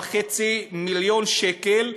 137.5 מיליון שקל,